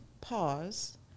Pause